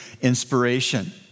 inspiration